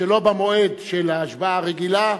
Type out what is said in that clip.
שלא במועד של ההשבעה הרגילה,